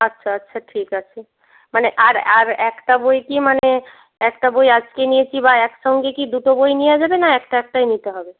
আচ্ছা আচ্ছা ঠিক আছে মানে আর আর একটা বই কি মানে একটা বই আজকে নিয়ে কি বা একসঙ্গে কি দুটো বই নেওয়া যাবে না একটা একটাই নিতে হবে